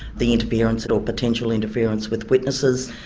the interference and or potential interference with witnesses,